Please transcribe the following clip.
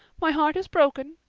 my heart is broken.